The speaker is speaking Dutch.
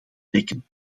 trekken